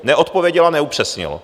Neodpověděl a neupřesnil.